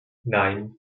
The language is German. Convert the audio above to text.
nein